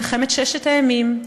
מלחמת ששת הימים,